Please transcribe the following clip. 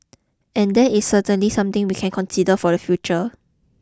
and that is certainly something we can consider for the future